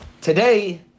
today